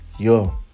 yo